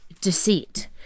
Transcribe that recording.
deceit